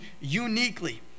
uniquely